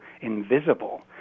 invisible